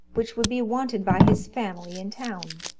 which would be wanted by his family in town.